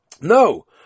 no